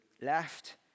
left